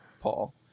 Paul